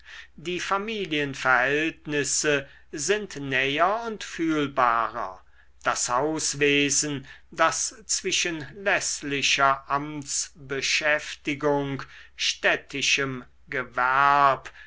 die familienverhältnisse sind näher und fühlbarer das hauswesen das zwischen läßlicher amtsbeschäftigung städtischem gewerb